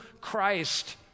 Christ